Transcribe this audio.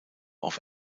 auf